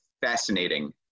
fascinating